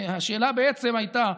השאלה בעצם הייתה,